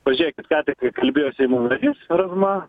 pažiūrėkit ką kalbėjo seimo narys razma